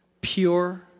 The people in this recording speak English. pure